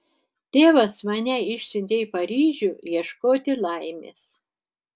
tėvas mane išsiuntė į paryžių ieškoti laimės